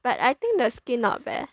but I think the skin not bad